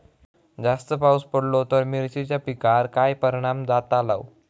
जास्त पाऊस पडलो तर मिरचीच्या पिकार काय परणाम जतालो?